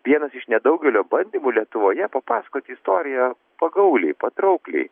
vienas iš nedaugelio bandymų lietuvoje papasakoti istoriją pagauliai patraukliai